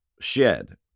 shed